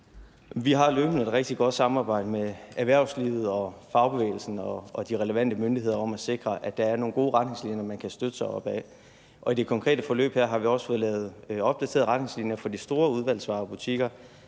Vi har løbende et rigtig godt samarbejde med erhvervslivet og fagbevægelsen og de relevante myndigheder om at sikre, at der er nogle gode retningslinjer, man kan støtte sig til. Og i det konkrete forløb her har vi også fået lavet opdaterede retningslinjer for de store udvalgsvarebutikker,